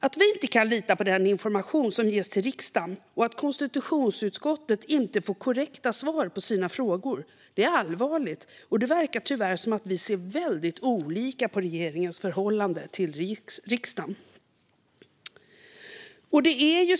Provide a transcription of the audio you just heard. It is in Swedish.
Att vi inte kan lita på den information som ges till riksdagen och att konstitutionsutskottet inte får korrekta svar är allvarligt, och det verkar tyvärr som att synen på regeringens förhållande till riksdagen är väldigt olika.